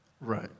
Right